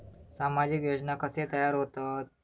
सामाजिक योजना कसे तयार होतत?